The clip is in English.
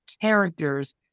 characters